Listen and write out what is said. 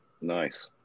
Nice